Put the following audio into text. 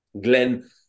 glenn